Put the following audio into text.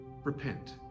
Repent